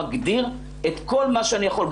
מגדיר את כל מה שאני יכול.